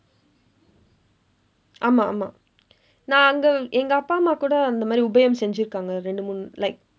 ஆமா ஆமா நாங்க எங்க அப்பா அம்மா கூட இந்த மாதிரி உபயம் செய்திருக்காங்க இரண்டு மூன்று:aamaa aamaa naangka engka appaa ammaa kuuda indtha maathiri upayam seithirukkaangka irandu muunru like